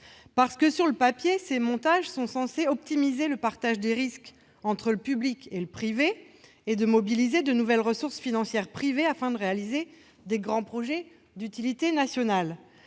matière. Sur le papier, ces montages sont censés optimiser le partage des risques entre le public et le privé et mobiliser de nouvelles ressources financières privées, afin de réaliser de grands projets d'utilité nationale.